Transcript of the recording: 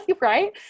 right